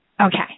Okay